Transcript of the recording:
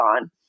on